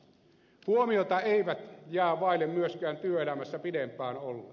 huomiota eivät jää vaille myöskään työelämässä pidempään olleet